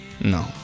No